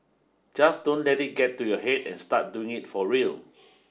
just don't let it get to your head and start doing it for real